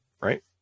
right